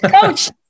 Coach